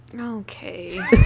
okay